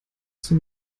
zum